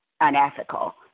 unethical